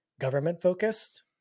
government-focused